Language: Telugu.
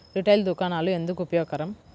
రిటైల్ దుకాణాలు ఎందుకు ఉపయోగకరం?